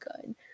good